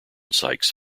sykes